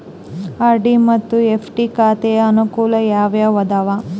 RD ಮತ್ತು FD ಖಾತೆಯ ಅನುಕೂಲ ಯಾವುವು ಅದಾವ?